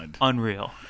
unreal